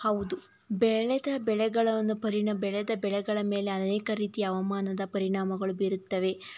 ಹೌದು ಬೆಳೆದ ಬೆಳೆಗಳನ್ನು ಪರಿಣಾಮ ಬೆಳೆದ ಬೆಳೆಗಳ ಮೇಲೆ ಅನೇಕ ರೀತಿಯ ಹವಾಮಾನದ ಪರಿಣಾಮಗಳು ಬೀರುತ್ತವೆ